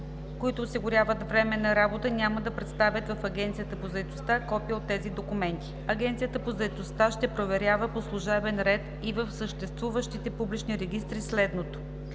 които осигуряват временна работа, няма да представят в Агенцията по заетостта копия от тези документи. Агенцията по заетостта ще проверява по служебен ред и в съществуващите публични регистри следното: